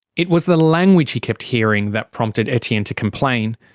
it was the language he kept hearing that prompted etienne to complain.